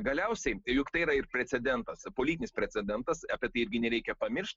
galiausiai juk tai yra ir precedentas politinis precedentas apie tai irgi nereikia pamiršt